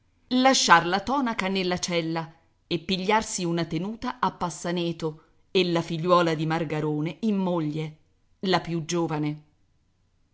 la tonaca nella cella e pigliarsi una tenuta a passaneto e la figliuola di margarone in moglie la più giovane